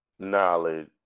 Knowledge